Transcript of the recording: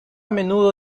menudo